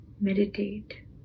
meditate